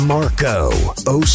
Marco